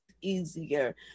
easier